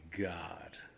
God